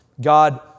God